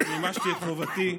מימשתי את חובתי: